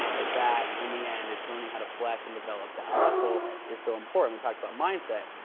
that that in the end is learning how to flex and develop that muscle is so important. we talk about mindset,